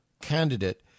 candidate